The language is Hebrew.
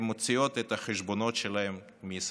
הן מוציאות את החשבונות שלהן מישראל.